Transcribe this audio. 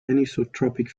anisotropic